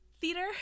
theater